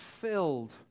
filled